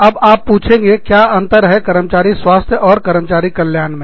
अब आप पूछेंगे क्या अंतर है कर्मचारी स्वास्थ्य और कर्मचारी कल्याण में